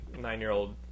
nine-year-old